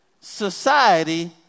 society